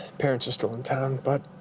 parents are still in town, but